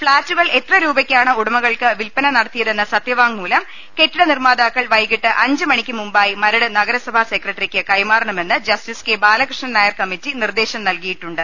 ഫ്ളാറ്റുകൾ എത്ര രൂപയ്ക്കാണ് ഉടമകൾക്ക് വില്പന നട ത്തിയതെന്ന സത്യവാങ്മൂലം കെട്ടിട നിർമ്മാതാക്കൾ വൈകീട്ട് അഞ്ച് മണിക്ക് മുമ്പായി മരട് നഗരസഭാ സെക്രട്ടറിക്ക് കൈമാറ ണമെന്ന് ജസ്റ്റിസ് കെ ബാലകൃഷ്ണൻനായർ കമ്മിറ്റി നിർദേശം നൽകിയിട്ടുണ്ട്